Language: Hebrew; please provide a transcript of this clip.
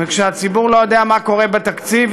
וכשהציבור לא יודע מה קורה בתקציב,